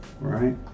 right